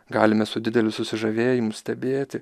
galime su dideliu susižavėjimu stebėti